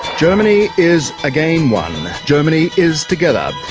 germany is again one. germany is together.